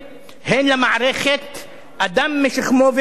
הן למערכת, אדם משכמו ומעלה,